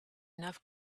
enough